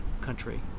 country